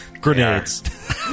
Grenades